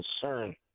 concern